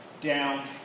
down